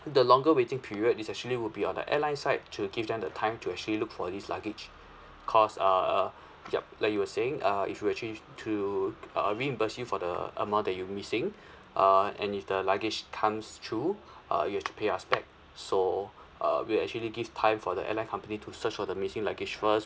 the longer waiting period is actually would be on the airline side to give them the time to actually look for this luggage because err err yup like you were saying uh if we were actually to uh reimburse you for the amount that you missing uh and if the luggage comes through uh you have to pay us back so uh we'll actually give time for the airline company to search for the missing luggage first